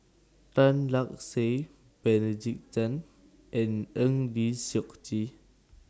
Tan Lark Sye Benedict Tan and Eng Lee Seok Chee